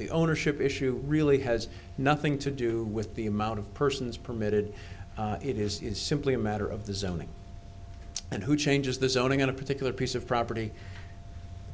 the ownership issue really has nothing to do with the amount of persons permitted it is simply a matter of the zoning and who changes the zoning in a particular piece of property